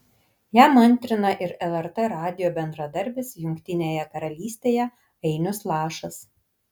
jam antrina ir lrt radijo bendradarbis jungtinėje karalystėje ainius lašas